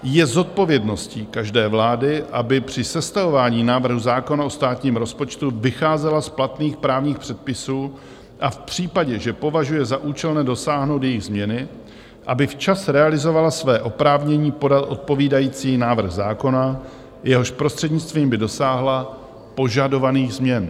Je zodpovědností každé vlády, aby při sestavování návrhu zákona o státním rozpočtu vycházela z platných právních předpisů a v případě, že považuje za účelné dosáhnout jejich změny, aby včas realizovala své oprávnění podat odpovídající návrh zákona, jehož prostřednictvím by dosáhla požadovaných změn.